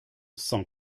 sans